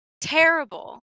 terrible